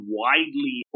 widely